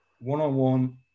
one-on-one